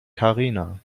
karina